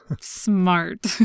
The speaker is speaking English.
Smart